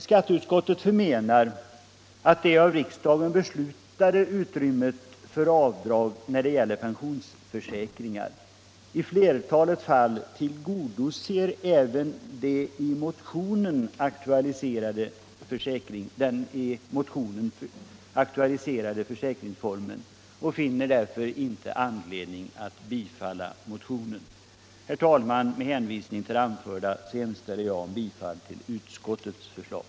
Skatteutskottet förmenar att det av riksdagen beslutade utrymmet för avdrag när det gäller pensionsförsäkringar i flertalet fall tillgodoser även den i motionen aktualiserade försäkringsformen och finner därför inte anledning att tillstyrka motionen. Herr talman! Med hänvisning till det anförda hemställer jag om bifall till utskottets förslag.